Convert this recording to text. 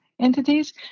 entities